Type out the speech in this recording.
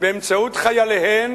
באמצעות חייליהן